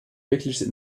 wirkliches